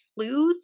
flus